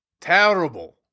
terrible